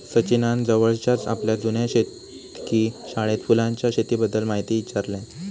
सचिनान जवळच्याच आपल्या जुन्या शेतकी शाळेत फुलांच्या शेतीबद्दल म्हायती ईचारल्यान